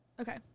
Okay